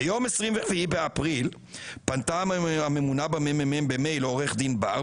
ביום 24 באפריל פנתה הממונה במ.מ.מ במייל לעורך הדין בר,